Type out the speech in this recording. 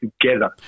together